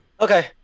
Okay